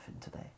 today